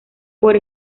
por